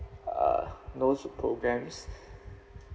uh those programs